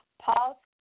Paul